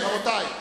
רבותי,